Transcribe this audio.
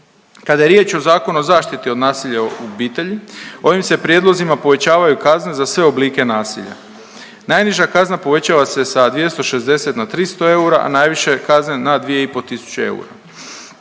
Kada je riječ o Zakonu o zaštiti od nasilja u obitelji ovim se prijedlozima povećavaju kazne za sve oblike nasilja. Najniža kazna povećava se sa 260 na 300 eura, a najviše kazne na 2 i